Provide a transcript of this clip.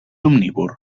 omnívor